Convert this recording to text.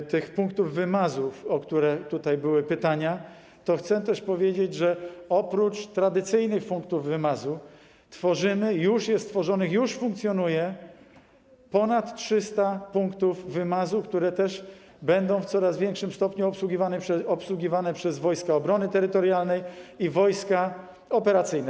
Co do tych punktów wymazów, o które tutaj były pytania, to chcę też powiedzieć, że oprócz tradycyjnych punktów wymazów tworzymy, już jest tworzonych, już funkcjonuje ponad 300 punktów wymazów, które też będą w coraz większym stopniu obsługiwane przez Wojska Obrony Terytorialnej i wojska operacyjne.